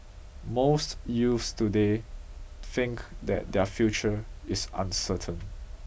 most youths today think that their future is uncertain